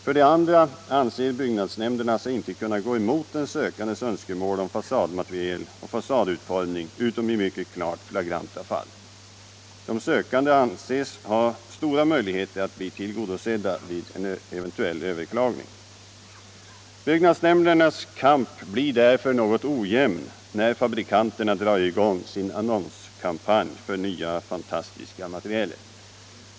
För det andra anser sig byggnadsnämnderna inte kunna gå emot den sökandes önskemål om fasadmateriel och fasadutformning utom i klart flagranta fall. Den sökande anses ha stora möjligheter att bli tillgodosedd vid en eventuell överklagning. Byggnadsnämndernas kamp blir därför något ojämn när fabrikanterna drar i gång sin annonskampanj för nya fantastiska materiel.